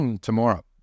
tomorrow